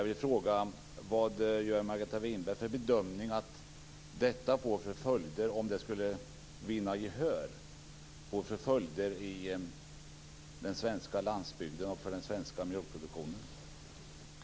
Min fråga är: Vad gör Margareta Winberg för bedömning när det gäller vilka följder detta skulle få för den svenska landsbygden och för den svenska mjölkproduktionen om det skulle vinna gehör?